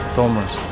Thomas